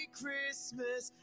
christmas